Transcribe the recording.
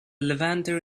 levanter